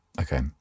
Okay